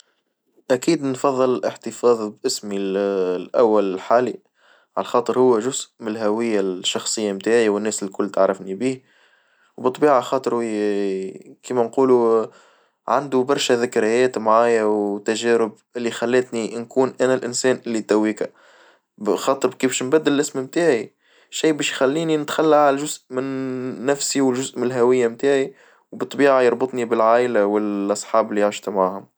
أكيد نفظل الاحتفاظ باسمي الأول الحالي، على خاطر هو جزء من الهوية الشخصية نتاعي والناس الكل تعرفني بيه، وبالطبيعة خاطرو كيما نقولو عندو برشا ذكريات معايا وتجارب اللي خلتني نكون أنا الإنسان اللي دويكا، بخاطر كيف شي نبدل الاسم نتاعي شي باش يخليني نتخلى عن جزء من نفسي وجزء من الهوية متاعي وبالطبيعة يربطني بالعايلة والأصحاب اللي عشت معاهم.